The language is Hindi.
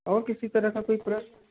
और किसी तरह का कोई प्रश्न